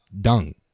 dung